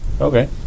Okay